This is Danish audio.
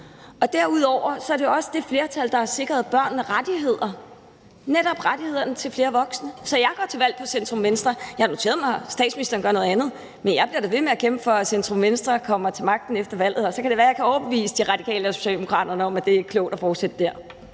Derudover er det også det flertal, der har sikret børnene rettigheder, nemlig retten til flere voksne i daginstitutionerne. Så jeg går til valg på, at centrum-venstre skal fortsætte. Jeg har noteret mig, at statsministeren gør noget andet, men jeg bliver da ved med at kæmpe for, at centrum-venstre kommer til magten efter valget. Så kan det være, at jeg kan overbevise De Radikale og Socialdemokratiet om, at det er klogt at fortsætte.